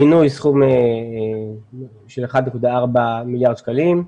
בינוי סכום של 1.4 מיליארד שקלים.